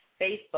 Facebook